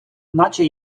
наче